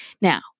Now